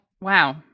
Wow